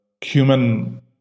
human